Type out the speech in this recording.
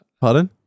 Pardon